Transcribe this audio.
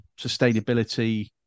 sustainability